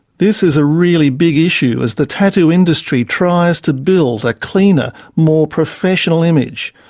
this is a really big issue as the tattoo industry tries to build a cleaner, more professional image.